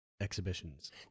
exhibitions